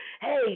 hey